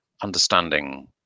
understanding